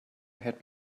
had